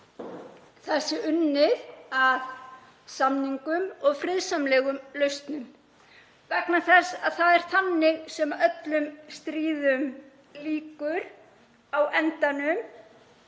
að unnið sé að samningum og friðsamlegum lausnum vegna þess að það er þannig sem öllum stríðum lýkur á endanum.